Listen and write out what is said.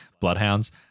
bloodhounds